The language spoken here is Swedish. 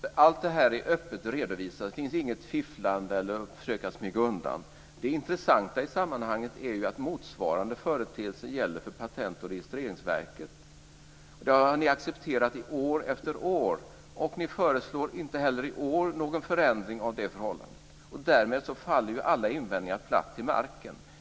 Fru talman! Allt det här är öppet redovisat. Det finns inget fifflande eller några försök att smyga undan. Det intressanta i sammanhanget är ju att motsvarande företeelse gäller för Patent och registreringsverket, och det har ni accepterat i år efter år. Ni föreslår inte heller i år någon förändring av det förhållandet, och därmed faller alla invändningar platt till marken.